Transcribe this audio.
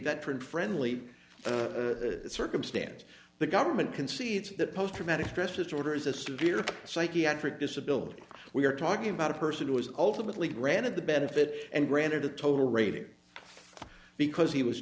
veteran friendly circumstance the government concedes that post traumatic stress disorder is a severe psychiatric disability we are talking about a person who was ultimately granted the benefit and granted a total rating because he was